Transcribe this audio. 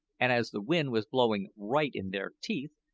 and as the wind was blowing right in their teeth,